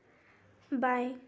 बाएँ